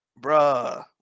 bruh